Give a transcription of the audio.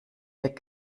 weg